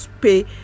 pay